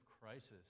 crisis